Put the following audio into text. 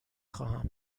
خواهم